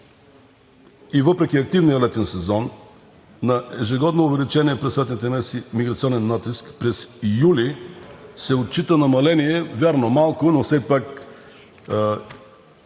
и въпреки активния летен сезон на ежегодно увеличение през летните месеци миграционен натиск през юли се отчита намаление – вярно, малко, но все пак